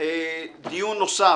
דיון נוסף